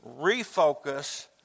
refocus